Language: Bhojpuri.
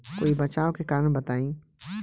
कोई बचाव के कारण बताई?